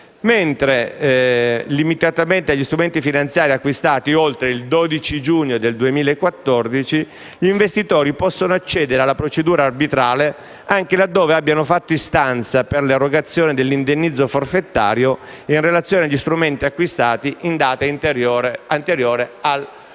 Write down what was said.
mentre, limitatamente agli strumenti finanziari acquistati oltre il 12 giugno 2014, gli investitori possono accedere alla procedura arbitrale anche laddove abbiano fatto istanza per l'erogazione dell'indennizzo forfetario e in relazione agli strumenti acquistati in data anteriore al 12